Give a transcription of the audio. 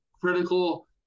critical